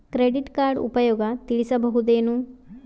Credit card ಉಪಯೋಗ ತಿಳಸಬಹುದೇನು?